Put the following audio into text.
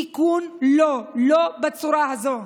איכון, לא, לא בצורה הזאת.